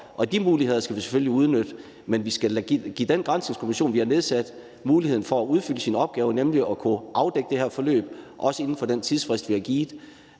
og de muligheder skal vi selvfølgelig udnytte. Men vi skal give den granskningskommission, vi har nedsat, muligheden for at løse sin opgave, nemlig at afdække det her forløb, også inden for den tidsfrist, vi har givet.